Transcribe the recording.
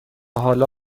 حالا